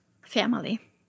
Family